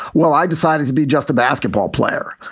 well, i decided to be just a basketball player.